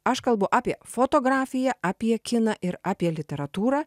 aš kalbu apie fotografiją apie kiną ir apie literatūrą